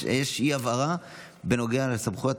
יש אי-בהירות בנוגע לסמכויות.